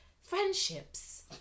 friendships